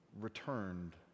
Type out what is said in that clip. returned